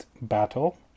battle